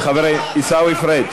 חברי עיסאווי פריג'.